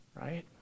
right